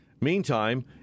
Meantime